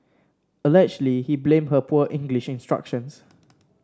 allegedly he blamed her poor English instructions